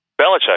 Belichick